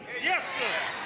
Yes